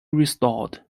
restored